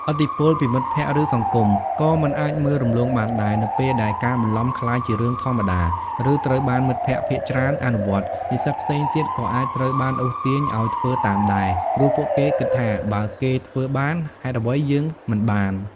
ឥទ្ធិពលពីមិត្តភក្តិ ឬសង្គម ក៏មិនអាចមើលរំលងបានដែរ នៅពេលដែលការបន្លំក្លាយជារឿងធម្មតា ឬត្រូវបានមិត្តភក្តិភាគច្រើនអនុវត្ត និស្សិតផ្សេងទៀតក៏អាចត្រូវបានអូសទាញឱ្យធ្វើតាមដែរ ព្រោះពួកគេគិតថា "បើគេធ្វើបាន ហេតុអ្វីយើងមិនបាន?"។